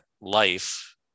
life